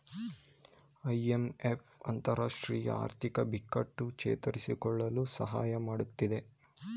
IMF ಅಂತರರಾಷ್ಟ್ರೀಯ ಆರ್ಥಿಕ ಬಿಕ್ಕಟ್ಟು ಚೇತರಿಸಿಕೊಳ್ಳಲು ಸಹಾಯ ಮಾಡತ್ತಿದೆ